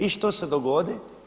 I što se dogodi?